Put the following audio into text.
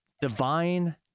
Divine